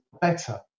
better